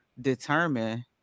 determine